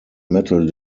metal